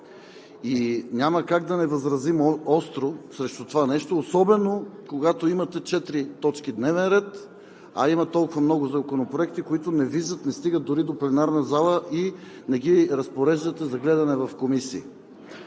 Няма как да не възразим остро срещу това нещо, особено когато имате четири точки дневен ред, а има толкова много законопроекти, които не влизат, не стигат дори до пленарната зала и не ги разпореждате за гледане в комисии.